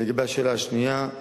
לגבי השאלה השנייה,